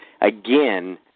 Again